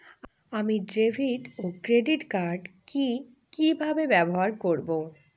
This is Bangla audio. আমি ডেভিড ও ক্রেডিট কার্ড কি কিভাবে ব্যবহার করব?